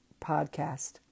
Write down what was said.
podcast